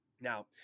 Now